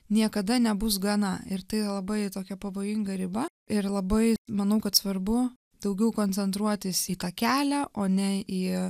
niekada nebus gana ir tai labai tokia pavojinga riba ir labai manau kad svarbu daugiau koncentruotis į tą kelią o ne į